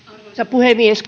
puhemies